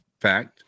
fact